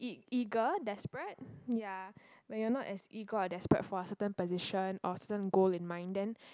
ea~ eager desperate ya when you're not as eager or desperate for a certain position or certain goal in mind then